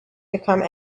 become